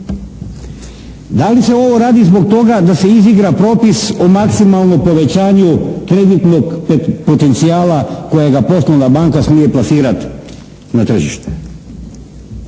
Da li se ovo radi zbog toga da se izigra propis o maksimalnom povećanju kreditnog potencijala kojega poslovna banka smije plasirati na tržište?